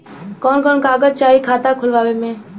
कवन कवन कागज चाही खाता खोलवावे मै?